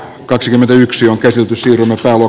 kaksikymmentäyksi asutus yhdessäolo